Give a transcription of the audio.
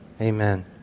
amen